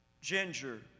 Ginger